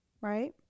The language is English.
right